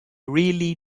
really